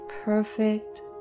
perfect